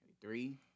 three